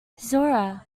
zora